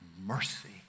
mercy